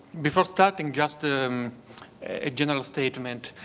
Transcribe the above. before starting, just ah um a general statement.